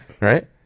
Right